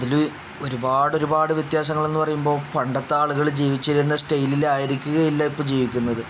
അതിൽ ഒരുപാട് ഒരുപാട് വ്യത്യാസങ്ങൾ എന്ന് പറയുമ്പോൾ പണ്ടത്തെ ആളുകൾ ജീവിച്ചിരുന്ന സ്റ്റൈലിൽ ആയിരിക്കുക ഇല്ല ഇപ്പം ജീവിക്കുന്നത്